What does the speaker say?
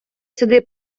сюди